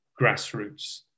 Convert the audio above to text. grassroots